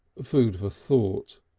food for thought.